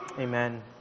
Amen